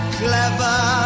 clever